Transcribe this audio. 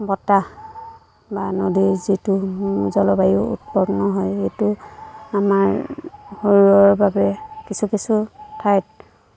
বতাহ বা নদীৰ যিটো জলবায়ু উৎপন্ন হয় সেইটো আমাৰ শৰীৰৰ বাবে কিছু কিছু ঠাইত